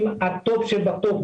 הטופ שבטופ,